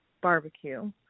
barbecue